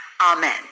amen